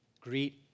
Greet